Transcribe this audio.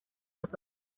gusa